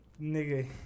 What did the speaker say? Nigga